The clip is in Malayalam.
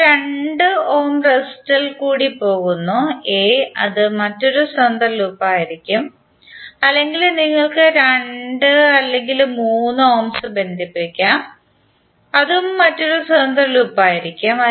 അത് രണ്ട് ഓം റെസിസ്റ്റർ ഇൽ കൂടി പോകുന്നു a അത് മറ്റൊരു സ്വതന്ത്ര ലൂപ്പായിരിക്കും അല്ലെങ്കിൽ നിങ്ങൾക്ക് രണ്ട് അല്ലെങ്കിൽ മൂന്ന് ഓംസ് ബന്ധിപ്പിക്കാം അതും മറ്റൊരു സ്വതന്ത്ര ലൂപ്പായിരിക്കും